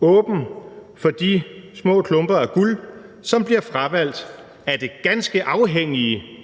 åben for de små klumper af guld, som bliver fravalgt af det ganske afhængige